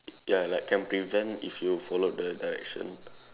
ya like can prevent if you followed the direction